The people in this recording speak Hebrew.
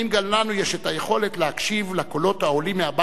האם גם לנו יש היכולת להקשיב לקולות העולים מהבית הזה,